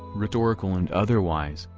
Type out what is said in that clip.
rhetorical and otherwise,